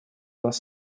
нас